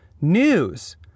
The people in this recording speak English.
news